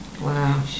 Wow